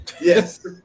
Yes